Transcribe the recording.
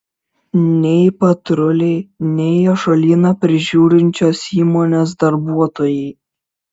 nei patruliai nei ąžuolyną prižiūrinčios įmonės darbuotojai